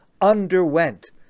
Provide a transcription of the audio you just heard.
underwent